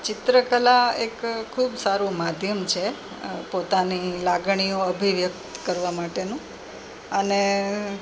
ચિત્રકલા એક ખૂબ સારું માધ્યમ છે પોતાની લાગણીઓ અભિવ્યક્ત કરવા માટેનું અને